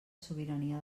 sobirania